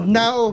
now